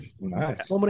nice